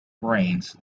brains